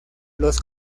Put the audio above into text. los